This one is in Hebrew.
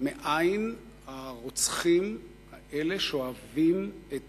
מאין הרוצחים האלה שואבים את